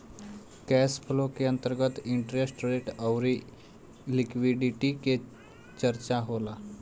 cash flow के अंतर्गत interest rate अउरी लिक्विडिटी के चरचा होला